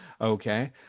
Okay